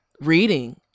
reading